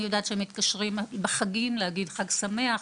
אני יודעת שהן אפילו מתקשרות בחגים כדי לאחל חג שמח,